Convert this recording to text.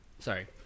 Sorry